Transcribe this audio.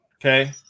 Okay